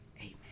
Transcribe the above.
amen